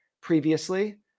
previously